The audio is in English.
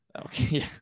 Okay